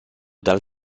dal